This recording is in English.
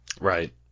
Right